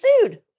sued